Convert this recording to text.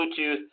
Bluetooth